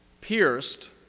pierced